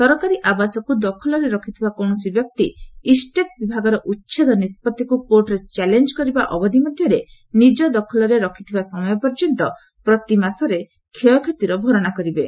ସରକାରୀ ଆବସକୁ ଦଖଲରେ ରଖିଥିବା କୌଣସି ବ୍ୟକ୍ତି ଇଷ୍ଟେଟ୍ ବିଭାଗର ଉଚ୍ଛେଦ ନିଷ୍ପଭିକୁ କୋର୍ଟରେ ଚ୍ୟାଲେଞ୍ଜ୍ କରିବା ଅବଧି ମଧ୍ୟରେ ନିଜ ଦଖଲରେ ରଖିଥିବା ସମୟ ପର୍ଯ୍ୟନ୍ତ ପ୍ରତି ମାସରେ କ୍ଷୟକ୍ଷତିର ଭରଣା କରିବେ